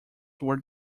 were